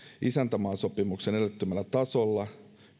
isäntämaasopimuksen edellyttämällä tasolla